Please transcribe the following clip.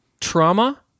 trauma